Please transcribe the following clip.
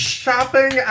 shopping